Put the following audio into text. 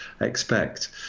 expect